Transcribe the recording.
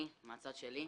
מהצד שלי,